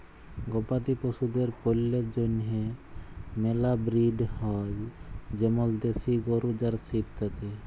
গবাদি পশুদের পল্যের জন্হে মেলা ব্রিড হ্য় যেমল দেশি গরু, জার্সি ইত্যাদি